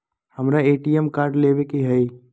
हमारा ATM card लेव के हई